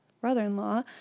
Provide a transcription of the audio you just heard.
brother-in-law